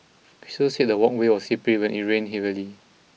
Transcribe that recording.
he also said the walkway was slippery when it rained heavily